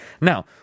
Now